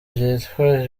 byitwa